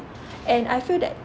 and I feel that